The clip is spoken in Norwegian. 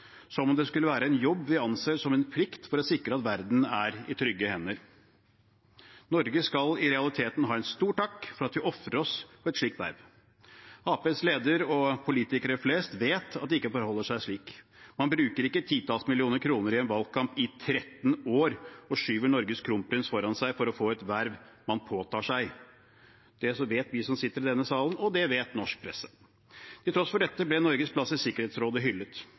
som om det skulle være en jobb vi anser som en plikt for å sikre at verden er i trygge hender. Norge skal i realiteten ha en stor takk for at vi ofrer oss for et slikt verv. Arbeiderpartiets leder og politikere flest vet at det ikke forholder seg slik. Man bruker ikke titalls millioner kroner i en valgkamp i 13 år og skyver Norges kronprins foran seg for å få et verv man påtar seg. Det vet vi som sitter i denne salen, og det vet norsk presse. Til tross for dette ble Norges plass i Sikkerhetsrådet hyllet.